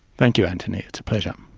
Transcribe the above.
thank you antony, it's a pleasure.